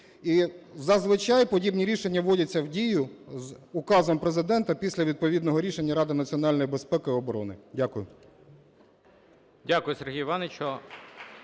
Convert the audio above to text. і зазвичай подібні рішення вводяться в дію з указом Президента після відповідного рішення Ради національної безпеки і оборони. Дякую.